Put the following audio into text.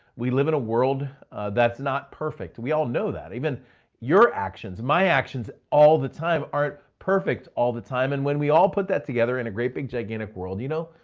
we live in a world that's not perfect. we all know that even your actions, my actions all the time aren't perfect all the time. and when we all put that together in a great big, gigantic world, you know,